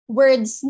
words